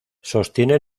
sostiene